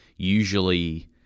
usually